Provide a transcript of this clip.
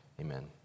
Amen